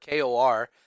KOR